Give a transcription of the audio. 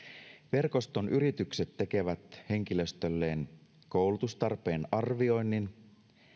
verkoston yritykset tekevät henkilöstölleen koulutustarpeen arvioinnin